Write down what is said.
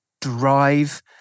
drive